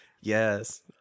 Yes